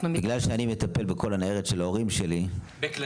אנחנו --- בגלל שאני מטפל בכל הניירת של ההורים שלי --- ב"כללית".